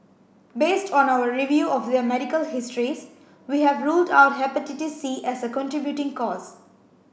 based on our review of their medical histories we have ruled out Hepatitis C as a contributing cause